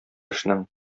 эшнең